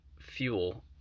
fuel